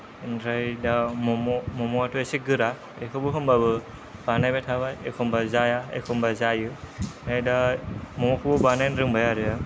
ओमफ्राय दा म'म' मम'वाथ' एसे गोरा बेखौबो होमब्लाबो बानायबाय थाबाय एखमब्ला जाया एखमब्ला जायो ओमफ्राय दा मम'खौबो बानायनो रोंबाय आरो आं